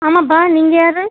ஆமாப்பா நீங்கள் யார்